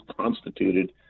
constituted